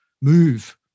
move